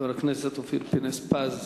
חבר הכנסת אופיר פינס-פז,